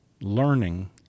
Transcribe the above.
learning